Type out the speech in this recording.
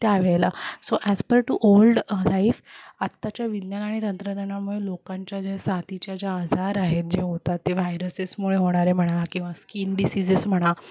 त्या वेळेला so as per to old life आत्ताच्या विज्ञान आणि तंत्रज्ञानामुळे लोकांच्या ज्या साच्या ज्या आजार आहेत जे होतात ते व्हायरसेसमुळे होणारे म्हणा किंवा स्कीन डिसिजेस म्हणा